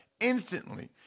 instantly